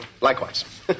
Likewise